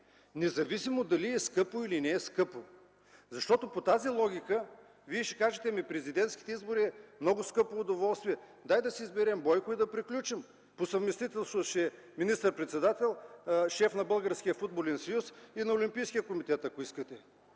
независимо дали е скъпо, или не е. Защото по тази логика вие ще кажете, ако искате: „Президентските избори са много скъпо удоволствие, дай да си изберем Бойко и да приключим – по съвместителство ще е министър-председател, шеф на Българския футболен съюз и на Олимпийския комитет. Защото